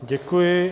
Děkuji.